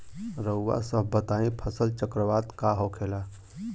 रउआ सभ बताई फसल चक्रवात का होखेला?